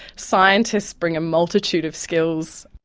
scientists bring a multitude of skills.